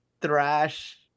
thrash